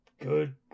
good